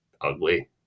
ugly